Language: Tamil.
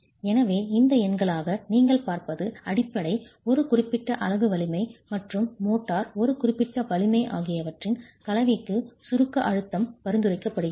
எனவே இந்த எண்களாக நீங்கள் பார்ப்பது அடிப்படை ஒரு குறிப்பிட்ட அலகு வலிமை மற்றும் மோட்டார் ஒரு குறிப்பிட்ட வலிமை ஆகியவற்றின் கலவைக்கு சுருக்க அழுத்தம் பரிந்துரைக்கப்படுகிறது